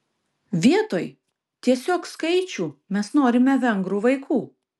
vietoj tiesiog skaičių mes norime vengrų vaikų